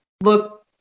look